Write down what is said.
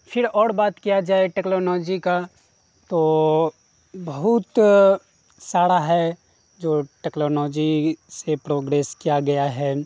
پھر اور بات کیا جائے ٹیکلانوجی کا تو بہت سارا ہے جو ٹیکلانوجی سے پروگریس کیا گیا ہے